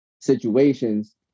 situations